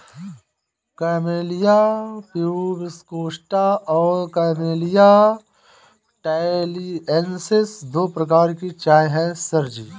camellia प्यूबिकोस्टा और camellia टैलिएन्सिस दो प्रकार की चाय है सर जी